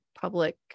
public